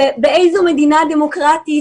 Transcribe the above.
באיזו מדינה דמוקרטית